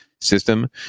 system